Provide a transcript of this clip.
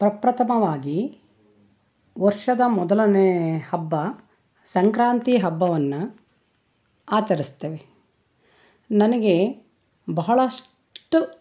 ಪ್ರಪ್ರಥಮವಾಗಿ ವರ್ಷದ ಮೊದಲನೇ ಹಬ್ಬ ಸಂಕ್ರಾಂತಿ ಹಬ್ಬವನ್ನು ಆಚರಿಸ್ತೇವೆ ನನಗೆ ಬಹಳಷ್ಟು